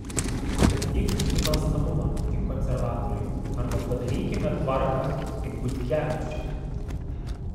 stabdyk nusikalstamumą kaip konservatoriai arba padarykime tvarką kaip butkevičius